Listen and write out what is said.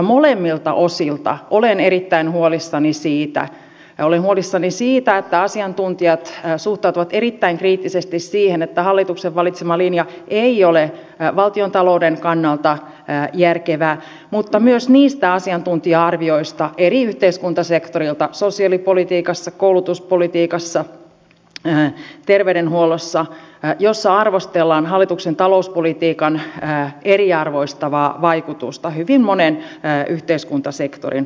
molemmilta osilta olen erittäin huolissani siitä että asiantuntijat suhtautuvat erittäin kriittisesti siihen että hallituksen valitsema linja ei ole valtiontalouden kannalta järkevä mutta myös niistä asiantuntija arvioista eri yhteiskuntasektoreilta sosiaalipolitiikassa koulutuspolitiikassa terveydenhuollossa joissa arvostellaan hallituksen talouspolitiikan eriarvoistavaa vaikutusta hyvin monen yhteiskuntasektorin osalta